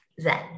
Zen